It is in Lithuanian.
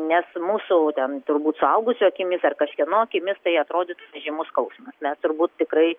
nes mūsų ten turbūt suaugusio akimis ar kažkieno akimis tai atrodytų nežymus skausmas mes turbūt tikrai